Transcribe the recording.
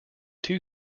two